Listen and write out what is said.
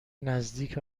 نزدیک